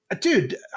dude